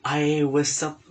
I was sup~